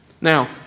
Now